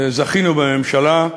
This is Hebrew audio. זכינו בממשלה,